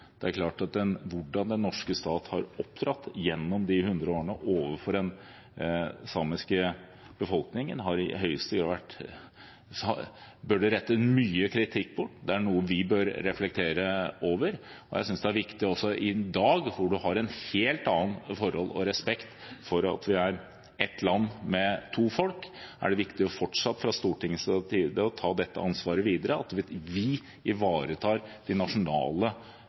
Det er klart at hvordan den norske stat har opptrådt gjennom de hundre årene overfor den samiske befolkningen, er noe det bør rettes mye kritikk mot, det er noe vi bør reflektere over. Jeg synes det er viktig – også i dag, da vi har et helt annet forhold til og respekt for at vi er ett land med to folk – at vi fra Stortingets side fortsatt tar dette ansvaret videre, at vi ivaretar det nasjonale